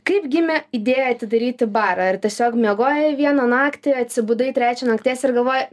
kaip gimė idėja atidaryti barą ar tiesiog miegojai vieną naktį atsibudai trečią nakties ir galvoji